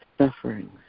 sufferings